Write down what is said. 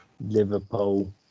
Liverpool